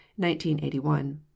1981